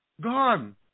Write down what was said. Gone